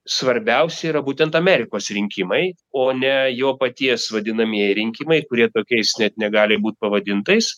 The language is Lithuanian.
svarbiausia yra būtent amerikos rinkimai o ne jo paties vadinamieji rinkimai kurie tokiais net negali būt pavadintais